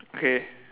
K